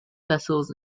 vessels